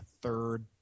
third